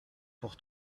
pour